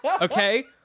Okay